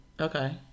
Okay